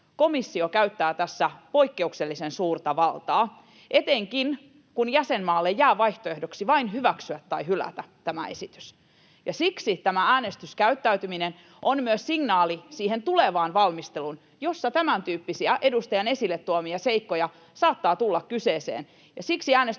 Komissio käyttää tässä poikkeuksellisen suurta valtaa, etenkin kun jäsenmaalle jää vaihtoehdoksi vain hyväksyä tai hylätä tämä esitys. Siksi tämä äänestyskäyttäytyminen on myös signaali siihen tulevaan valmisteluun, jossa tämäntyyppisiä edustajan esille tuomia seikkoja saattaa tulla kyseeseen, ja siksi äänestyspäätös on Suomen lippu salossa siinä, että me puolustamme suomalaista